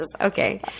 Okay